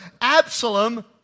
Absalom